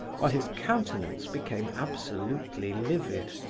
while his countenance became absolutely livid.